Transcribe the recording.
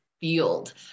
field